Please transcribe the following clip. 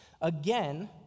Again